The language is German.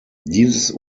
dieses